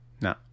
No